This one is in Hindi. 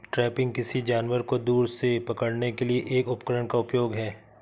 ट्रैपिंग, किसी जानवर को दूर से पकड़ने के लिए एक उपकरण का उपयोग है